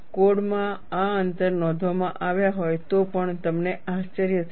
કોડમાં આ અંતર નોંધવામાં આવ્યા હોય તો પણ તમને આશ્ચર્ય થશે